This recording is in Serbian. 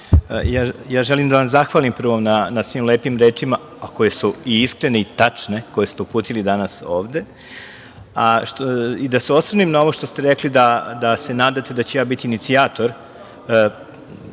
želim da vam zahvalim na svim lepim rečima, koje su istinite i tačne, a koje ste uputili danas ovde i da se osvrnem na ono što ste rekli, da se nadate da ću ja biti inicijator